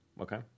Okay